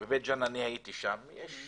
הייתי בבית ג'אן ושם מדהים.